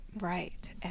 Right